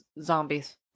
zombies